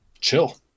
chill